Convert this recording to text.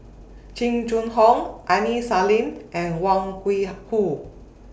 Jing Jun Hong Aini Salim and Wang Gungwu